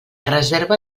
reserva